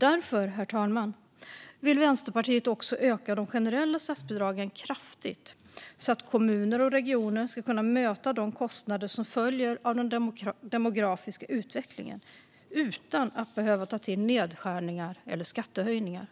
Därför, herr talman, vill Vänsterpartiet också öka de generella statsbidragen kraftigt så att kommuner och regioner ska kunna möta de kostnader som följer av den demografiska utvecklingen utan att behöva ta till nedskärningar eller skattehöjningar.